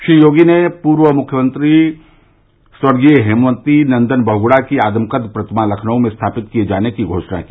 श्री योगी ने पूर्व मुख्यमंत्री स्वर्गीय हेमवती नन्दन बहुगुणा की आदमकद प्रतिमा लखनऊ में स्थापित किये जाने की घोषणा की